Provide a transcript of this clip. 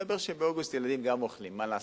מסתבר שבאוגוסט ילדים גם אוכלים, מה לעשות?